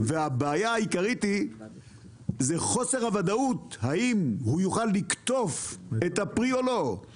והבעיה העיקרית היא חוסר הוודאות אם הוא יוכל לקטוף את הפרי או לא,